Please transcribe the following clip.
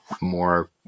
more